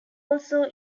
also